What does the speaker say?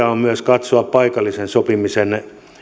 on myös katsoa paikallisen sopimisen